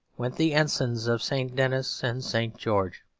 went the ensigns of st. denys and st. george.